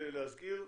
להזכיר,